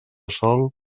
sol